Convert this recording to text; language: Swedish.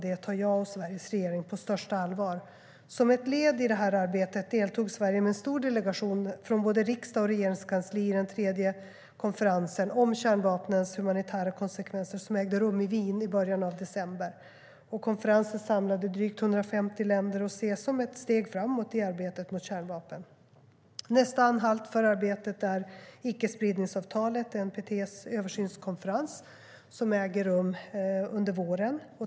Det tar jag och Sveriges regering på största allvar. Nästa anhalt för arbetet är icke-spridningsavtalet NPT:s översynskonferens som äger rum under våren.